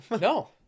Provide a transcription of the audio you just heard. No